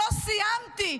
לא סיימתי,